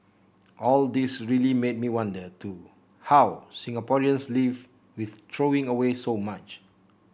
all this really made me wonder too how Singaporeans live with throwing away so much